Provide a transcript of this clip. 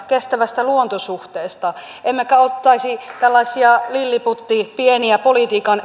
kestävästä luontosuhteesta emmekä ottaisi tällaisia lilliputteja pieniä politiikan